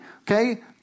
okay